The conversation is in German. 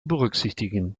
berücksichtigen